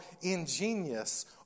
ingenious